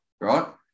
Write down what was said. right